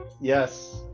yes